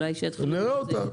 נראה אותה.